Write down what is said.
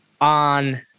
on